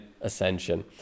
ascension